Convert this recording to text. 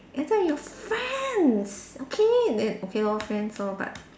I thought your friends okay then okay lor friends lor but